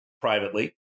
privately